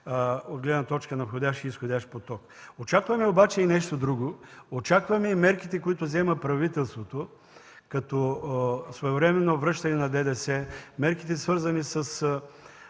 от гледна точка на входящ и изходящ поток. Очакваме обаче и нещо друго. Очакваме мерките, които взема правителството като своевременно връщане на ДДС, мерките, свързани с